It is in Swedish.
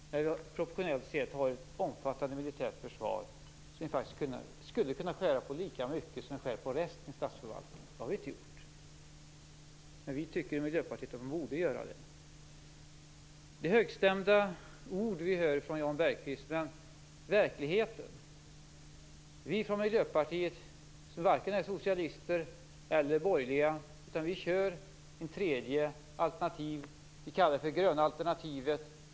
Vi har ett proportionellt sett omfattande militärt försvar som vi faktiskt skulle kunna skära ned på lika mycket som vi skär ned när det gäller resten av statsförvaltningen. Det har vi inte gjort. Men vi i Miljöpartiet tycker att vi borde göra det. Det är högstämda ord vi hör från Jan Bergqvist. Vi från Miljöpartiet, som varken är socialister eller borgerliga, kör ett tredje alternativ. Vi kallar det för det gröna alternativet.